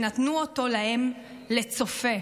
ונתנו אֹתוֹ להם לְצֹפֶה.